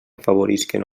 afavorisquen